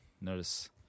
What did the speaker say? Notice